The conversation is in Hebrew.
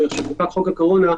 לשון החוק הנוכחית לא מאשרת את זה,